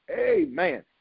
amen